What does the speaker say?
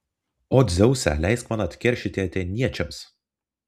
o dzeuse leisk man atkeršyti atėniečiams